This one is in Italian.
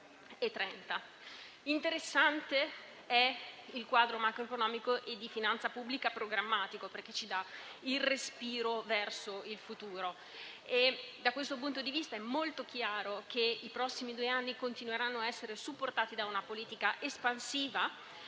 partire dal 2030. Il quadro macroeconomico e di finanza pubblica programmatico è interessante perché ci dà il respiro verso il futuro. Da questo punto di vista è molto chiaro che i prossimi due anni continueranno a essere supportati da una politica espansiva